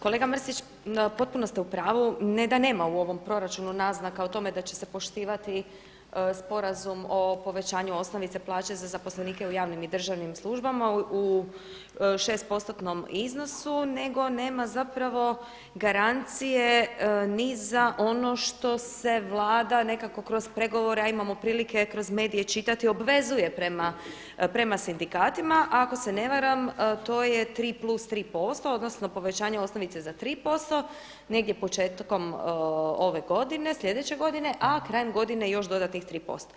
Kolega Mrsić, potpuno ste u pravu, ne da nema u ovom proračunu naznaka o tome da će se poštivati sporazum o povećanju osnovice plaće za zaposlenike u javnim i državnim službama u 6%-tnom iznosu nego nema zapravo garancije ni za ono što se Vlada nekako kroz pregovore a imamo prilike kroz medije čitati obvezuje prema sindikatima, a ako se ne varam to je 3+3%, odnosno povećanje osnovice za 3% negdje početkom ove godine, sljedeće godine a krajem godine još dodatnih 3%